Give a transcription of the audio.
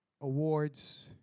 awards